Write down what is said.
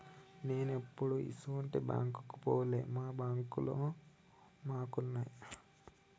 నేనెప్పుడూ ఇసుంటి బాంకుకు పోలే, మా బాంకులు మాకున్నయ్